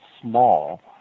small